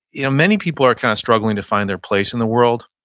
you know many people are kind of struggling to find their place in the world.